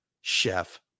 chef